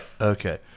Okay